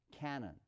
canon